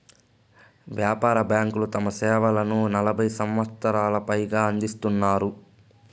వ్యాపార బ్యాంకులు తమ సేవలను నలభై సంవచ్చరాలకు పైగా అందిత్తున్నాయి